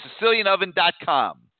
SicilianOven.com